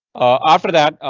ah after that,